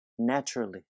naturally